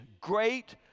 great